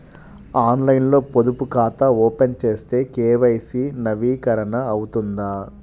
ఆన్లైన్లో పొదుపు ఖాతా ఓపెన్ చేస్తే కే.వై.సి నవీకరణ అవుతుందా?